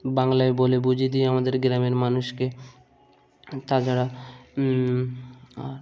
বাংলায় বলে বুঝিয়ে দিই আমাদের গ্রামের মানুষকে তাছাড়া আর